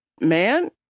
man